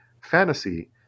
fantasy